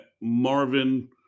Marvin